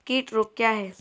कीट रोग क्या है?